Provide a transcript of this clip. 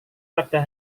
pada